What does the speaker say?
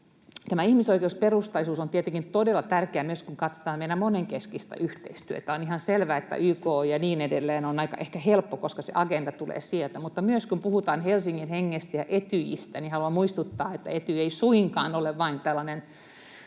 Tämä ihmisoikeusperustaisuus on tietenkin todella tärkeää myös, kun katsotaan meidän monenkeskistä yhteistyötä. On ihan selvää, että YK ja niin edelleen on ehkä aika helppo, koska se agenda tulee sieltä. Mutta kun puhutaan myös Helsingin hengestä ja Etyjistä, niin haluan muistuttaa, että Etyj ei suinkaan ole vain tällainen